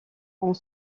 ont